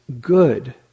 good